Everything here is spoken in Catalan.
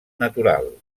natural